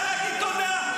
איבדתם את זה.